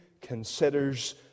considers